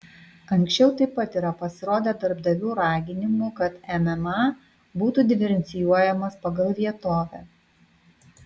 anksčiau taip pat yra pasirodę darbdavių raginimų kad mma būtų diferencijuojamas pagal vietovę